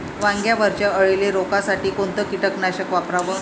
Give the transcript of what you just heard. वांग्यावरच्या अळीले रोकासाठी कोनतं कीटकनाशक वापराव?